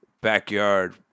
backyard